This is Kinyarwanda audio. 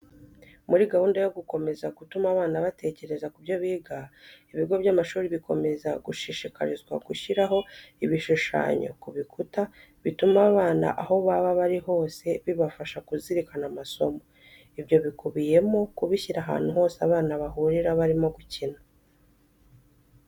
Muri gahunda yo gukomeza gutuma abana batekereza ku byo biga, ibigo by'amashuri bikomeza gushishikarizwa gushyiraho ibishushanyo ku bikuta bituma abana aho baba bari hose bibafasha kuzirikana amasomo. Ibyo bikubiyemo kubishyira ahantu hose abana bahurira barimo gukina.